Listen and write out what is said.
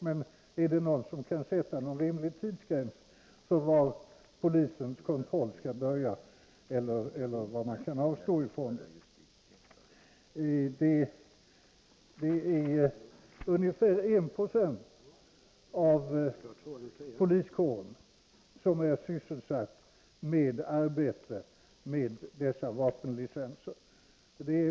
Men kan någon sätta en rimlig tidsgräns för var polisens kontroll skall börja eller vad man kan avstå från? Det är ungefär 1 96 av poliskåren som är sysselsatt med arbete med dessa vapenlicenser.